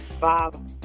Bob